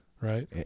Right